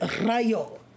Rayo